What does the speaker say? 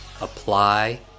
apply